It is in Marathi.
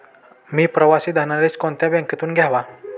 मी प्रवासी धनादेश कोणत्या बँकेतून घ्यावा?